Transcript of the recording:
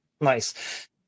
Nice